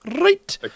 right